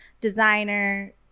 designer